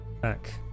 back